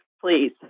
please